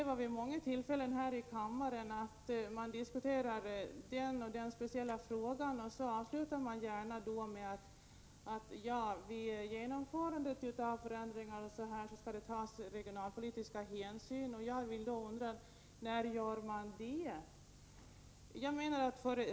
Vid många tillfällen här i kammaren upplever jag det så, att man när en speciell fråga diskuteras gärna avslutar med att säga: Ja, vid genomförandet av förändringar och annat skall regionalpolitiska hänsyn tas. Men jag undrar då: När gör man det?